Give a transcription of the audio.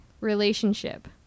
relationship